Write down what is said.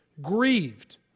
grieved